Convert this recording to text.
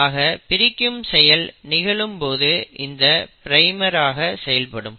ஆக பிரிக்கும் செயல் நிகழும் போது இது பிரைமர் ஆக செயல்படும்